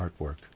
artwork